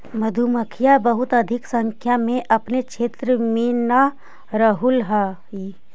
मधुमक्खियां बहुत अधिक संख्या में अपने क्षेत्र में न रहअ हई